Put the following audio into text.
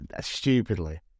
stupidly